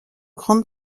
grande